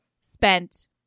spent